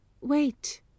Wait